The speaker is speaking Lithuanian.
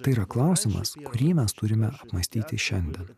tai yra klausimas kurį mes turime apmąstyti šiandien